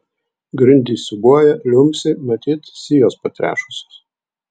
grindys siūbuoja liumpsi matyt sijos patrešusios